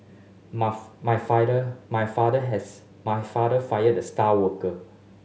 my my my father has my father fired the star worker